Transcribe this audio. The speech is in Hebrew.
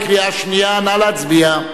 קריאה שנייה, נא להצביע.